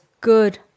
good